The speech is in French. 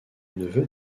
neveu